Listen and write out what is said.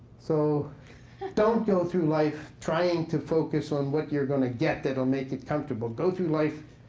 so don't go through life trying to focus on what you're going to get that will make it comfortable. go through life